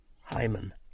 hymen